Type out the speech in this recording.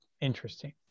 Interesting